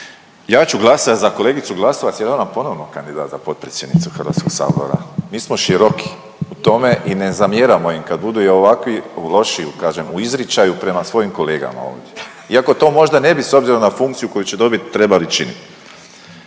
Ja ću glasati za kolegicu Glasovac jer je ona ponovno kandidat za potpredsjednicu HS-a, mi smo široki u tome i ne zamjeramo im kad budu jer ovakvi loši u kažem, u izričaju prema svojim kolegama ovdje iako to možda i ne bi s obzirom na funkciju koju će dobit trebali činiti.